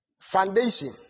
foundation